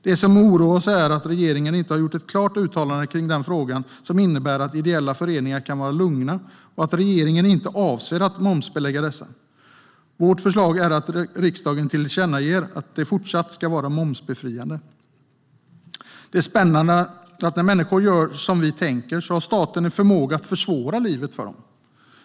Det som oroar oss är att regeringen inte har gjort ett klart uttalande i den frågan som innebär att ideella föreningar kan vara lugna och att regeringen inte avser att momsbelägga dem. Vårt förslag är att riksdagen tillkännager att de fortsatt ska vara momsbefriade. Det är spännande att när människor gör som vi tänker har staten en förmåga att försvåra livet för dem.